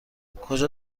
کجا